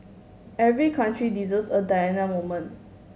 every country deserves a Diana moment